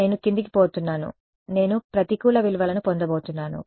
నేను కిందికి పోతున్నాను నేను ప్రతికూల విలువలను పొందబోతున్నాను